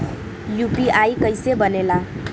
UPI कईसे बनेला?